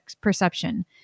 perception